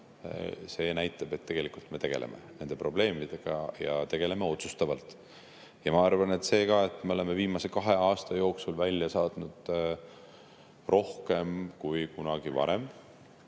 näitab, et tegelikult me tegeleme nende probleemidega ja tegeleme otsustavalt. Ma arvan, et see, et me oleme viimase kahe aasta jooksul Vene kodanikke Eestist välja saatnud rohkem kui kunagi varem,